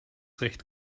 recht